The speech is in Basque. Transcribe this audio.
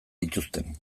dituzten